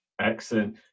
Excellent